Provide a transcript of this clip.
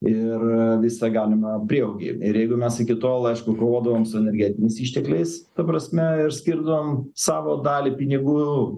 ir visą galimą prieaugį ir jeigu mes iki tol aišku kovodavom su energetiniais ištekliais ta prasme ir skirdavom savo dalį pinigų